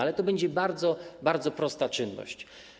Ale to będzie bardzo, bardzo prosta czynność.